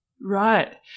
Right